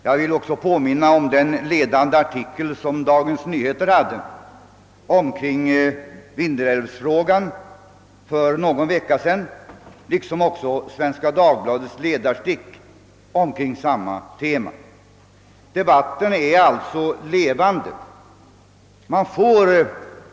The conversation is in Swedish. Jag vill också påminna om den ledarartikel som Dagens Nyheter för någon vecka sedan hade om vindelälvsfrågan liksom om Svenska Dagbladets ledarstick kring samma tema. Debatten är alltså levande.